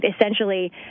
essentially